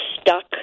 stuck